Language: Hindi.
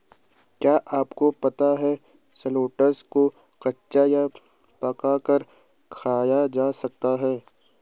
क्या आपको पता है शलोट्स को कच्चा या पकाकर खाया जा सकता है?